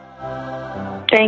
Thank